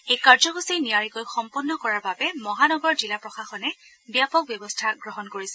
এই কাৰ্যসূচী নিয়াৰিকৈ সম্পন্ন কৰাৰ বাবে মহানগৰ জিলা প্ৰশাসনে ব্যাপক ব্যৱস্থা গ্ৰহণ কৰিছে